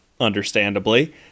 understandably